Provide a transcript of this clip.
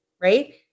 Right